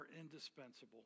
indispensable